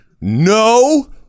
no